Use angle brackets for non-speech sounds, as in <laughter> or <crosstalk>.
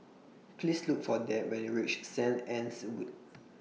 Please Look For Deb when YOU REACH Saint Anne's Wood <noise>